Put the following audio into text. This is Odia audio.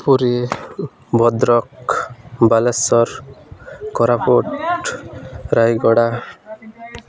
ପୁରୀ ଭଦ୍ରକ ବାଲେଶ୍ୱର କୋରାପୁଟ ରାୟଗଡ଼ା